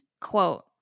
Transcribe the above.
quote